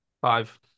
Five